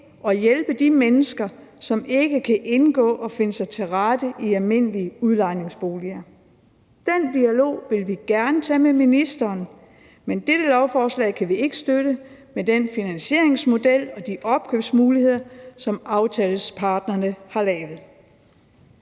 og hjælpe de mennesker, som ikke kan indgå og finde sig til rette i almindelige udlejningsboliger. Den dialog vil vi gerne tage med ministeren, men dette lovforslag kan vi ikke støtte med den finansieringsmodel og de opkøbsmuligheder, som aftaleparterne har lavet.